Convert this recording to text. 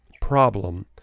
problem